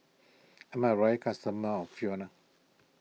I'm a royal customer of Fiona